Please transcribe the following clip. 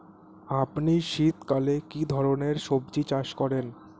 আপনি শীতকালে কী ধরনের সবজী চাষ করেন?